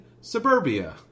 Suburbia